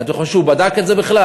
אתם חושבים שהוא בדק את זה בכלל?